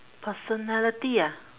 personality ah